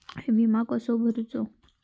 विमा कसो भरूचो?